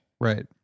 right